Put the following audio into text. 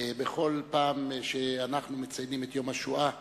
בכל פעם שאנחנו מציינים את יום השואה,